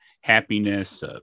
happiness